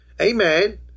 Amen